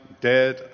dead